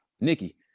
Nikki